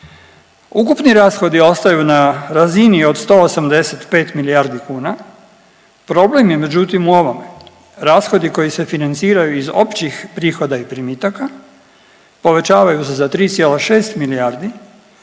Ukupni rashodi ostaju na razini od 185 milijardi kuna, problem je međutim u ovome, rashodi koji se financiraju iz općih prihoda i primitaka povećavaju se za 3,6 milijardi što